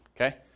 okay